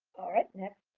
all right. next.